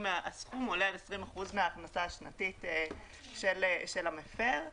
הסכום עולה על 20% מההכנסה השנתית של המפר.